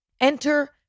Enter